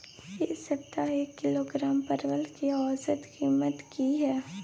ऐ सप्ताह एक किलोग्राम परवल के औसत कीमत कि हय?